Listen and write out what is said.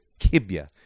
Kibya